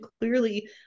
clearly